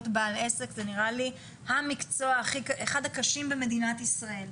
להיות בעל עסק נראה לי אחד המקצועות הקשים במדינת ישראל.